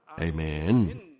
Amen